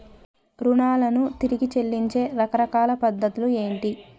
రుణాలను తిరిగి చెల్లించే రకరకాల పద్ధతులు ఏంటి?